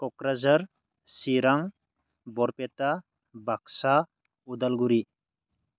Kokrajhar Chirang Barpeta Baksa Udalguri